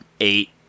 Eight